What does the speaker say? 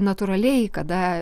natūraliai kada